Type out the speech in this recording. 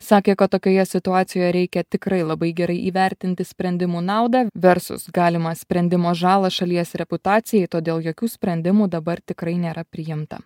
sakė kad tokioje situacijoje reikia tikrai labai gerai įvertinti sprendimų naudą versus galimą sprendimo žalą šalies reputacijai todėl jokių sprendimų dabar tikrai nėra priimta